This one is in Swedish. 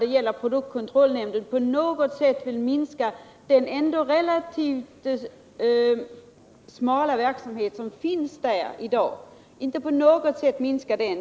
Inte heller tycker jag att någon borde vilja minska den ändå relativt smala verksamhet som i dag bedrivs av produktkontrollnämnden.